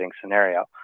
scenario